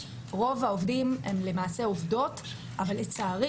רוב העובדים הן למעשה עובדות אבל לצערי,